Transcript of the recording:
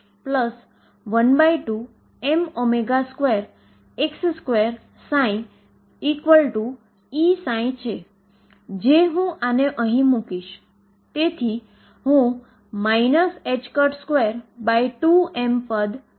અને તેથી kn2 કે જે n22L2 બરાબર 2mEn2 થાય છે અને આના પરથી હુ ત્વરિત રીતે હુ એમ કહી શકુ છુ કે કે Enn2222mL2 થાય